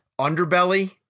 underbelly